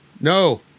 No